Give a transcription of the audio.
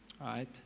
right